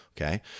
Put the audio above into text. Okay